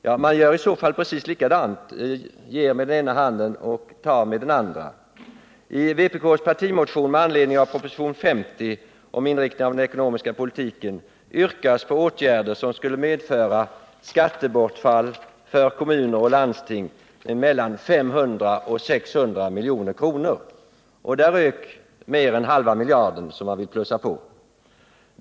Man — Nr 49 gör i så fall precis likadant; man ger med den ena handen och tar med den Torsdagen den andra. I vpk:s partimotion med anledning av propositionen 50 om inrikt 7 december 1978 ningen av den ekonomiska politiken yrkas på åtgärder som skulle medföra skattebortfall för kommuner och landsting med mellan 500 och 600 milj.kr., och där rök mer än den halva miljard som man vill plussa på.